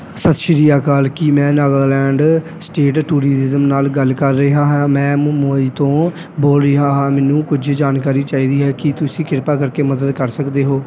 ਸਤਿ ਸ਼੍ਰੀ ਅਕਾਲ ਕੀ ਮੈਂ ਨਾਗਾਲੈਂਡ ਸਟੇਟ ਟੂਰਿਜ਼ਮ ਨਾਲ ਗੱਲ ਕਰ ਰਿਹਾ ਹਾਂ ਮੈਂ ਮੁੰਬਈ ਤੋਂ ਬੋਲ ਰਿਹਾ ਹਾਂ ਮੈਨੂੰ ਕੁਝ ਜਾਣਕਾਰੀ ਚਾਹੀਦੀ ਹੈ ਕੀ ਤੁਸੀਂ ਕਿਰਪਾ ਕਰਕੇ ਮਦਦ ਕਰ ਸਕਦੇ ਹੋ